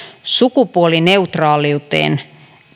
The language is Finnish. sukupuolineutraaliuteen